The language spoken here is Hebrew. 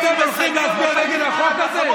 אתם הולכים להצביע נגד החוק הזה?